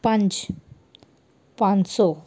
ਪੰਜ ਪੰਜ ਸੌ